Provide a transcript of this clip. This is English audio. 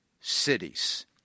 cities